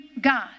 God